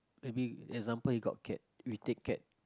maybe example you got cat we take cat